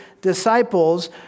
disciples